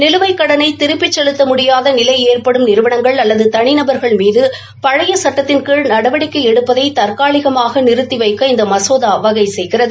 நிலுவைக்கடனை திருப்பிச் செலுத்த முடியாத நிலை ஏற்படும் நிறுவனங்கள் அல்லது தனிநபாகள் மீது பழைய சுட்டத்தின் கீழ் நடவடிக்கை எடுப்பதை தற்காலிகமாக நிறுத்தி வைக்க இந்த மசோதா வகை செய்கிறது